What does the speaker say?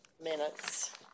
minutes